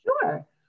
Sure